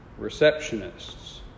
receptionists